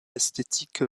esthétique